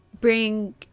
bring